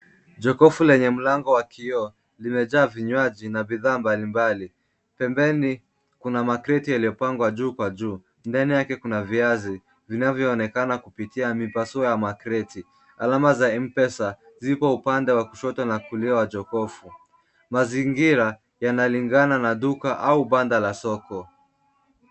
Jokofu lenye mlango wa kioo limejaa vinywaji na bidhaa mbalimbali. Pembeni kuna makreti yaliyopangwa juu kwa juu, ndani yake kuna viazi vinavyoonekana kupitia mipasuo ya makreti. Alama za M-pesa zipo upande wa kushoto na kulia wa jokofu. Mazingira yanalingana na duka au banda la soko.